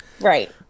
Right